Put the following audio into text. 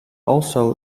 also